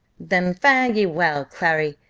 then fare ye well, clary,